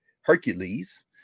Hercules